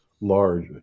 large